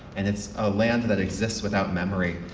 and it's a land that exists without memory.